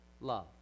love